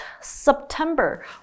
September